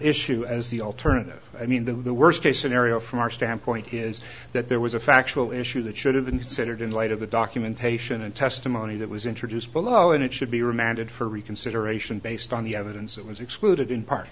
issue as the alternative i mean the the worst case scenario from our standpoint is that there was a factual issue that should have been considered in light of the documentation and testimony that was introduced below and it should be remanded for reconsideration based on the evidence that was excluded in part